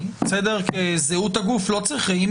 היא לא צריכה להילמד מתוך איך שכתבתם את הטופס.